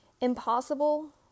Impossible